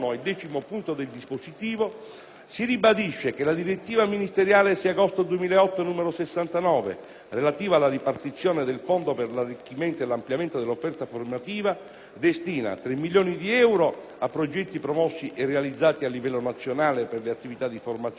si ribadisce che la direttiva ministeriale 6 agosto 2008, n. 69, relativa alla ripartizione del Fondo per l'arricchimento e l'ampliamento dell'offerta formativa, destina tre milioni di euro a progetti promossi e realizzati a livello nazionale per le attività di formazione e aggiornamento del personale della scuola